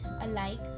alike